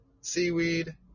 Seaweed